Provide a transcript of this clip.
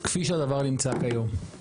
כפי שהדבר נמצא היום.